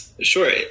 Sure